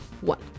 One